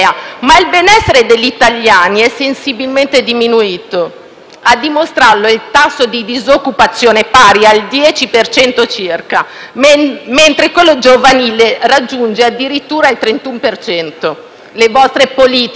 A dimostrarlo è il tasso di disoccupazione, pari al 10 per cento circa, mentre quello giovanile raggiunge addirittura il 31 per cento (le vostre politiche europee). La crescita dell'economia reale